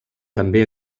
també